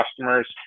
customers